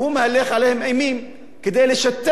כדי לשתק את רצונם,